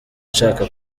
nshaka